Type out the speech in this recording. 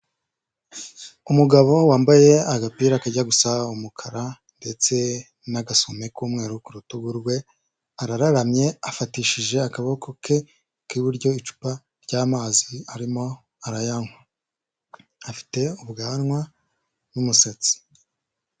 Umugabo wambaye agapira kajya gusa umukara ndetse n'agasume k'umweru ku rutugu rwe arararamye afatishije akaboko ke k'iburyo icupa ry'amazi arimo araywa, afite ubwanwa n'umusatsi.